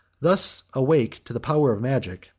thus awake to the power of magic,